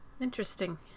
interesting